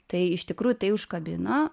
tai iš tikrųjų tai užkabino